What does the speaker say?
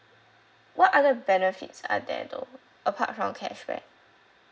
what other benefits are there though apart from cashback